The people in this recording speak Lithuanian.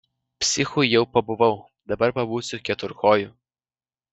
psichu jau pabuvau dabar pabūsiu keturkoju